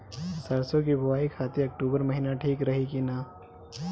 सरसों की बुवाई खाती अक्टूबर महीना ठीक रही की ना?